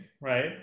right